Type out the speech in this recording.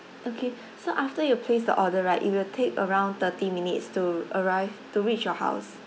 okay so after you place the order right it will take around thirty minutes to arrive to reach your house